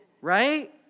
Right